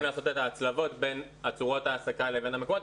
ניסינו לעשות הצלבות בין צורות העסקה לבין המקומות.